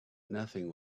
nothing